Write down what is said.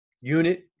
unit